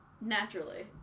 Naturally